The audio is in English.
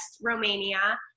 Romania